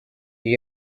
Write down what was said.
you